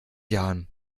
jahren